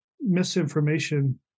misinformation